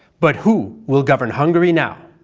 but who will govern hungary now?